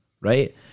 right